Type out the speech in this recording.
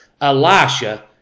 Elisha